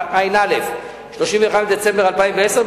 31 בדצמבר 2010,